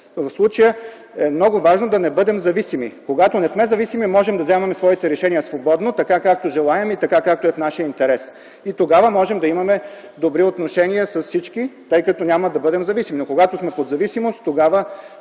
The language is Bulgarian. В случая е много важно да не бъдем зависими. Когато не сме зависими, можем да вземаме своите решения свободно, така както желаем и така както е в наш интерес. Тогава можем да имаме добри отношения с всички, тъй като няма да бъдем зависими. Но когато сме под зависимост, тогава